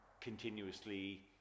continuously